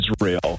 Israel